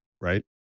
right